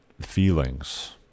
feelings